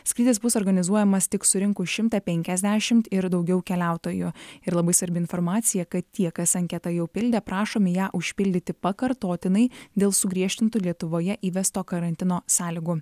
skrydis bus organizuojamas tik surinkus šimtą penkiasdešimt ir daugiau keliautojų ir labai svarbi informacija kad tie kas anketą jau pildė prašomi ją užpildyti pakartotinai dėl sugriežtintų lietuvoje įvesto karantino sąlygų